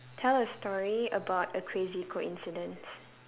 tell a story about a crazy coincidence